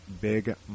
Big